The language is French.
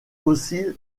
aussi